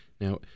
Now